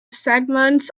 segments